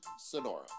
Sonora